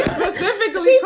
specifically